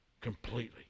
completely